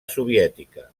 soviètica